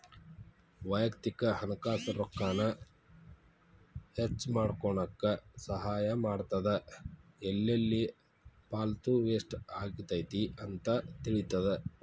ವಯಕ್ತಿಕ ಹಣಕಾಸ್ ನಮ್ಮ ರೊಕ್ಕಾನ ಹೆಚ್ಮಾಡ್ಕೊನಕ ಸಹಾಯ ಮಾಡ್ತದ ಎಲ್ಲೆಲ್ಲಿ ಪಾಲ್ತು ವೇಸ್ಟ್ ಆಗತೈತಿ ಅಂತ ತಿಳಿತದ